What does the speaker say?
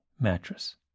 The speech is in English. Mattress